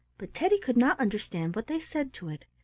but teddy could not understand what they said to it.